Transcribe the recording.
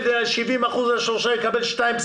אבל אם הוא לא רוצה להוריד מימי המחלה שלו?